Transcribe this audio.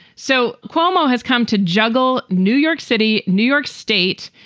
so cuomo has come to juggle new york city, new york state,